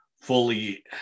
fully